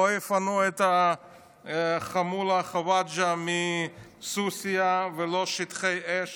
לא יפנו את חמולת חוואג'ה מסוסיא ולא שטחי אש